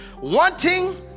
wanting